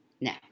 Now